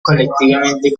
colectivamente